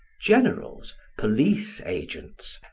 generals, police agents,